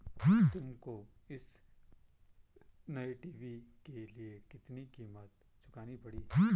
तुमको इस नए टी.वी के लिए कितनी कीमत चुकानी पड़ी?